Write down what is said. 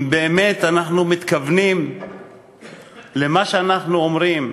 אם באמת אנחנו מתכוונים למה שאנחנו אומרים,